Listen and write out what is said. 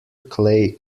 clay